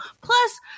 plus